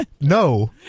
No